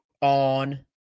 on